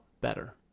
better